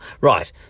Right